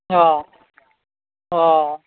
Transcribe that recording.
অঁ অঁ